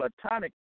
Platonic